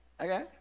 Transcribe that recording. Okay